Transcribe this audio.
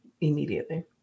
Immediately